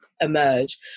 emerge